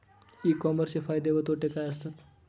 E कॉमर्सचे फायदे व तोटे काय असतात?